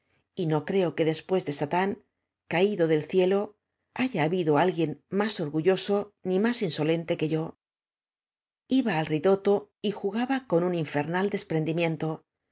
y no creo que después de satán caído del cíelo haya habido alguien más orgulioso n i más insolente que yo iba al eüdotto y jugaba coa un infernal desprendimiento